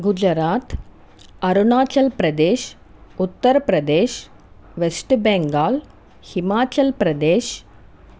Gujarat Arunachal Pradesh Uttar Pradesh west Bengal Himachal Pradesh